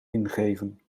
ingeven